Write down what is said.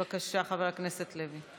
בבקשה, חבר הכנסת לוי,